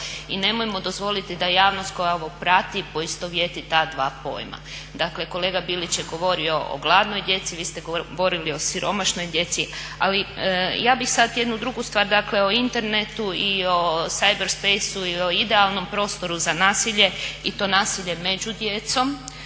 i nemojmo dozvoliti da javnost koja ovo prati poistovjeti ta dva pojma. Dakle kolega Bilić je govorio o gladnoj djeci, vi ste govorili o siromašnoj djeci. Ali ja bih sad jednu drugu stvar dakle o internetu i o cyber space i o idealnom prostoru za nasilje i to nasilje među djecom,